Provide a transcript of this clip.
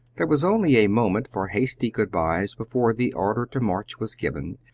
there was only a moment for hasty good-byes before the order to march was given,